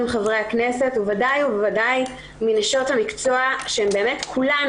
חברי הכנסת ובוודאי מנשות המקצוע כולן,